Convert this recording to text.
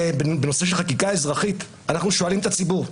בנושא של חקיקה אזרחית אנחנו שואלים את הציבור.